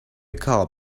call